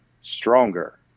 stronger